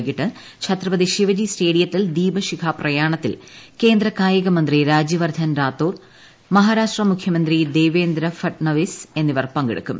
വൈകിട്ട് ഛത്രപതി ശിവജി സ്റ്റേഡിയത്തിൽ ദീപശിഖ പ്രയാണത്തിൽ കേന്ദ്ര കായിക മന്ത്രി രാജ്യവർദ്ധൻ റാത്തോർ മഹാരാഷ്ട്ര മുഖ്യമന്ത്രി ദേവേന്ദ്ര ഫട്നവിസ് എന്നിവർ പങ്കെടുക്കും